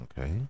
Okay